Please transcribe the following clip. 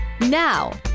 now